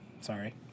Sorry